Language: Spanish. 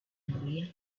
hungría